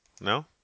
No